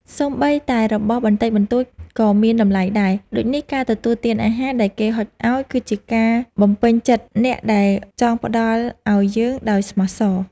សូម្បីតែរបស់បន្តិចបន្តួចក៏មានតម្លៃដែរ ដូចនេះការទទួលទានអាហារដែលគេហុចឱ្យ គឺជាការបំពេញចិត្តអ្នកដែលចង់ផ្តល់ឱ្យយើងដោយស្មោះសរ។